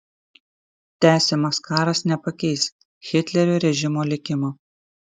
tęsiamas karas nepakeis hitlerio režimo likimo